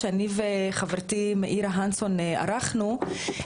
שאני וחברתי מאירה הנסון ערכנו,